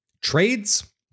trades